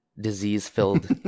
disease-filled